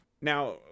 Now